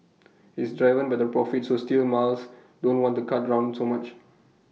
it's driven by the profit so steel miles don't want to cut drown so much